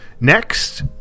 Next